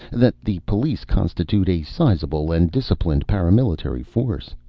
that the police constitute a sizable and disciplined paramilitary force?